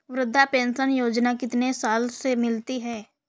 वृद्धा पेंशन योजना कितनी साल से मिलती है?